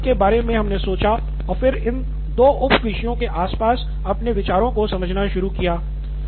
इस वर्गीकरण के बारे में हमने सोचा और फिर इन दो उप विषयों के आसपास अपने विचारों को समझना शुरू किया